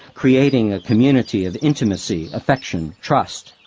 creating a community of intimacy, affection, trust.